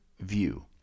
view